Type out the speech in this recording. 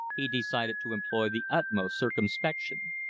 he decided to employ the utmost circumspection.